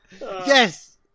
Yes